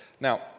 Now